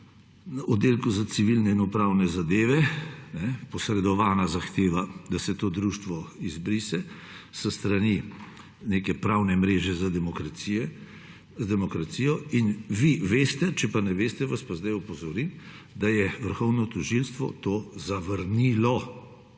na oddelku za civilne in upravne zadeve posredovana zahteva, da se to društvo izbriše s strani neke pravne mreže za demokracijo. In vi veste, če pa ne veste, vas pa sedaj opozorim, da je Vrhovno tožilstvo to zavrnilo.